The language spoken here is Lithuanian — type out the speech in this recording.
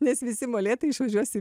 nes visi molėtai išvažiuos į